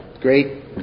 Great